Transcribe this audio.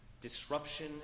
disruption